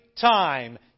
time